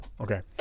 Okay